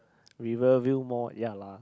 Rivervale Mall ya lah